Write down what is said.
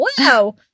wow